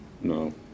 No